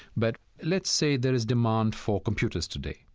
but let's say there is demand for computers today.